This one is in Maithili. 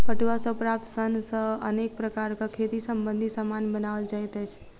पटुआ सॅ प्राप्त सन सॅ अनेक प्रकारक खेती संबंधी सामान बनओल जाइत अछि